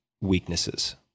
weaknesses